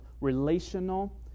relational